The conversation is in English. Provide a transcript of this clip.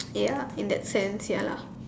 ya in that sense ya lah